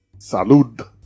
Salud